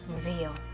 reveal.